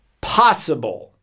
possible